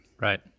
Right